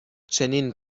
چنین